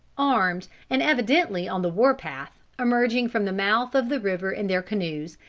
armed, and evidently on the war path, emerging from the mouth of the river in their canoes,